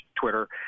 Twitter